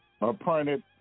appointed